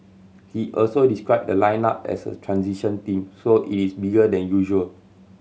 he also described the lineup as a transition team so it is bigger than usual